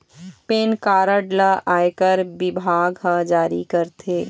PAN card ल आयकर बिभाग ह जारी करथे